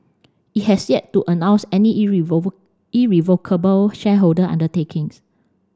it has yet to announce any irrevocable shareholder undertakings